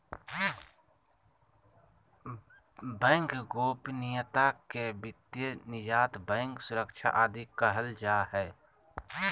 bank गोपनीयता के वित्तीय निजता, बैंक सुरक्षा आदि कहल जा हइ